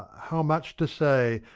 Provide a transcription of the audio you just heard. how much to say.